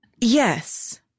Yes